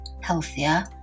healthier